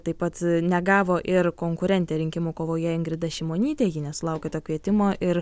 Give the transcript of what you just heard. taip pat negavo ir konkurentė rinkimų kovoje ingrida šimonytė ji nesulaukė to kvietimo ir